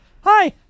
Hi